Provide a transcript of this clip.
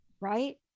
right